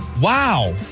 Wow